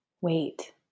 wait